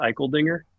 Eicheldinger